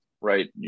right